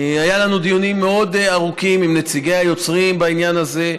היו לנו דיונים מאוד ארוכים עם נציגי היוצרים בעניין הזה,